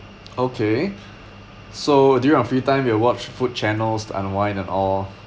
okay so during your free time you watch food channels to unwind and all